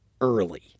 early